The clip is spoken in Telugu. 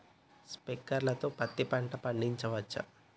స్ప్రింక్లర్ తో పత్తి పంట పండించవచ్చా?